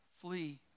Flee